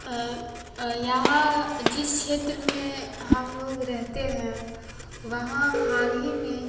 यहाँ जिस क्षेत्र में हम लोग रहते हैं वहाँ हाल ही में